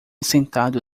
sentado